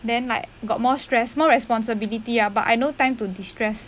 then like got more stress more responsibility ah but I no time to distress